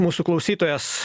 mūsų klausytojas